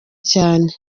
cyane